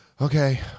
okay